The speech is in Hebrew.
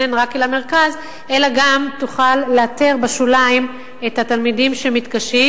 רק אל המרכז אלא גם תוכל לאתר בשוליים את התלמידים שמתקשים,